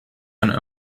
and